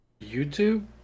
YouTube